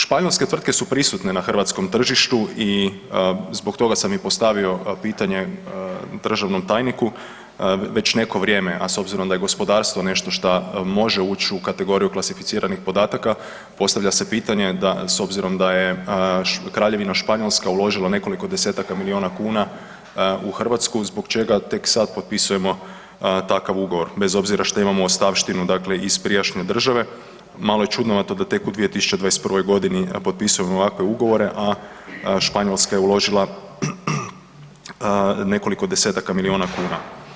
Španjolske tvrtke su prisutne na hrvatskom tržištu i zbog toga sam i postavio pitanje državnom tajniku, već neko vrijeme a s obzirom da je gospodarstvo nešto šta može uć u kategoriju klasificiranih podataka, postavlja se pitanje da s obzirom da je Kraljevina Španjolska uložila nekoliko desetaka milijuna kuna u Hrvatsku zbog čega tek sad potpisujemo takav ugovor, bez obzora što imamo ostavštinu, dakle iz prijašnje države, malo je čudnovato da tek u 2021. g. potpisujemo ovakve ugovore a Španjolska je uložila nekoliko desetaka milijuna kuna.